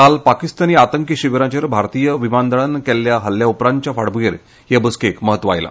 काल पाकिस्तानी आतंकी शिबिरांचेर भारतीय विमान दळान केल्ल्या हल्ल्या उपरांतचे फाटभूंयेर हे बसकेक म्हत्व आसा